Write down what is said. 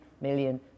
million